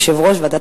יושב-ראש ועדת